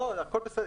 הכול בסדר.